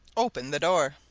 open the door!